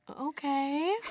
Okay